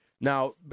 Now